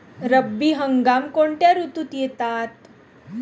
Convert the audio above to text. रब्बी हंगाम कोणत्या ऋतूत येतात?